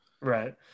right